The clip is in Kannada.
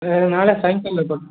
ಅದೇ ನಾಳೆ ಸಾಯಂಕಾಲ ಬರ್